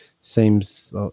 seems